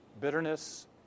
Bitterness